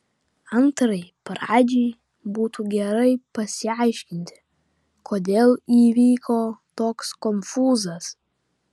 antrai pradžiai būtų gerai pasiaiškinti kodėl įvyko toks konfūzas